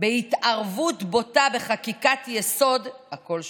בהתערבות בוטה בחקיקת-יסוד, הכול שפיט.